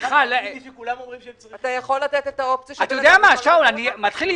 אני יודע לעבוד קשה ולהצביע דחוף,